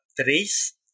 Trace